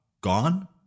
gone